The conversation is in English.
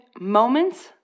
moments